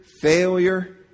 failure